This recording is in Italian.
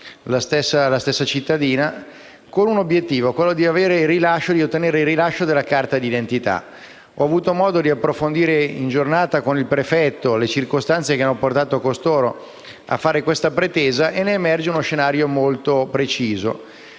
la stessa cittadina, con l'obiettivo di ottenere il rilascio della carta d'identità. Ho avuto modo di approfondire in giornata con il prefetto le circostanze che hanno portato costoro ad avere questa pretesa ed è emerso uno scenario molto preciso.